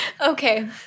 Okay